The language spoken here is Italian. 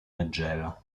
leggero